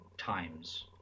times